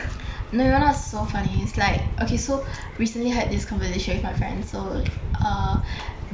no you know what's so funny is like okay so recently I had this conversation with my friends so uh